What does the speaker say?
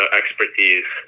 expertise